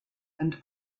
and